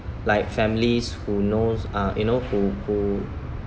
like families who knows uh you know who who